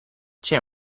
c’è